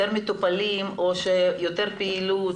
יותר מטופלים או שיותר פעילות?